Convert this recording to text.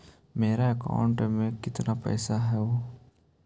मेरा अकाउंटस में कितना पैसा हउ?